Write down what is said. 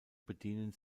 bedienen